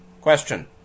question